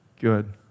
good